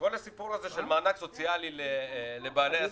כל הסיפור של מענק סוציאלי לבעלי עסקים,